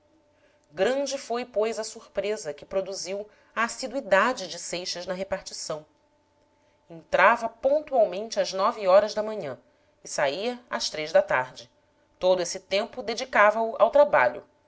grande foi pois a surpresa que produziu a assiduidade de seixas na repartição entrava pontualmente às horas da manhã e saía às da tarde todo esse tempo dedicava o ao trabalho